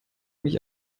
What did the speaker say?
mich